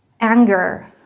anger